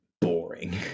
boring